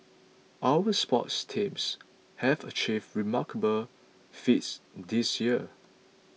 our sports teams have achieved remarkable feats this year